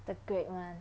the grape [one]